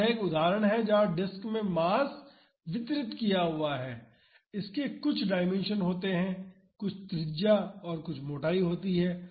तो यह एक उदाहरण है जहां डिस्क में मास वितरित किया हुआ हैं इसके कुछ डायमेंशन होते हैं कुछ त्रिज्या और कुछ मोटाई होती है